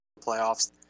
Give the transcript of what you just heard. playoffs